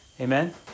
Amen